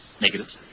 negative